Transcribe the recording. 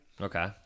Okay